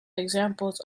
examples